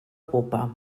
pupa